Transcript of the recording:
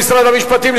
משרד המשפטים,